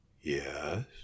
yes